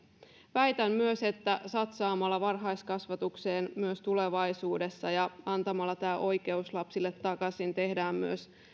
väitän myös että satsaamalla varhaiskasvatukseen myös tulevaisuudessa ja antamalla tämä oikeus lapsille takaisin tehdään myös